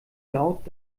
laut